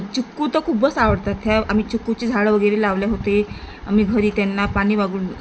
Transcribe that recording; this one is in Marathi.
चिकू तर खूपच आवडतात त्या आम्ही चिकूची झाडं वगैरे लावले होते मी घरी त्यांना पाणी वागून